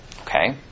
Okay